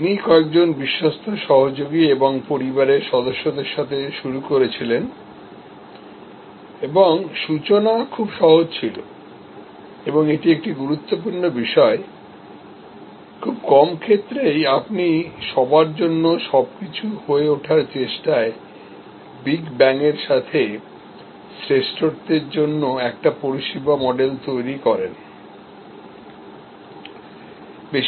তিনি কয়েকজন বিশ্বস্ত সহযোগী এবং পরিবারের সদস্যদের সাথে শুরু করেছিলেন এবং সূচনা খুব সহজ ছিল এবং এটি একটি গুরুত্বপূর্ণ বিষয় খুব কম ক্ষেত্রেই আপনি সবাইকে খুশি করতে গিয়ে শ্রেষ্ঠ পরিষেবা মডেল বানাতে গিয়ে প্রথমেই বিশাল ভাবে কিছু শুরু করবেন